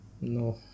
No